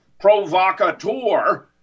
provocateur